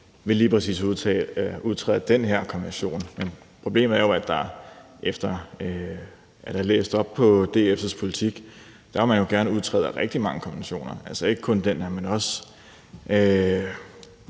ved lige præcis at udtræde af den her konvention, men problemet er jo – jeg har læst op på DF's politik – at man gerne vil udtræde af rigtig mange konventioner, altså ikke kun den her, men også